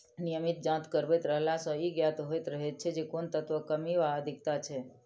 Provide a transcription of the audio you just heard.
नियमित जाँच करबैत रहला सॅ ई ज्ञात होइत रहैत छै जे कोन तत्वक कमी वा अधिकता छै